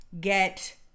get